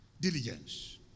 Diligence